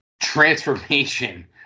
transformation